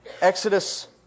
Exodus